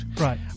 Right